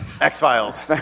X-Files